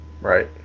Right